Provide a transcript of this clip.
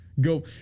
Go